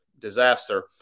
disaster